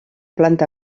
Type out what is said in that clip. planta